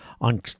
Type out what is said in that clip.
on